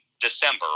December